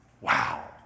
Wow